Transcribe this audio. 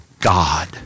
God